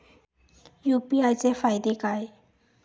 UPI चे फायदे काय?